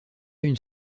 une